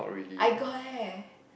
I got eh